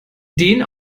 den